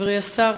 חברי השר,